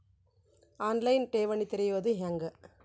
On line ಠೇವಣಿ ತೆರೆಯೋದು ಹೆಂಗ?